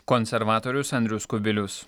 konservatorius andrius kubilius